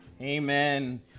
Amen